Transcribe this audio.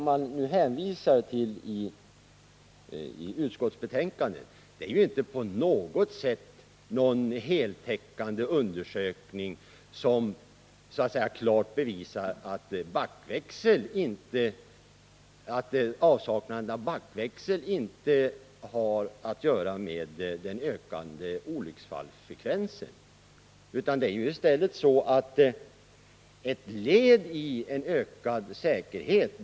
Men den undersökningen är ju inte på något sätt heltäckande, och man kan inte med stöd av den hävda att avsaknaden av backväxel inte har att göra med den ökande olycksfallsfrekvensen. Återinförandet av det här kravet kan ses som ett led i strävandena att uppnå en ökad trafiksäkerhet.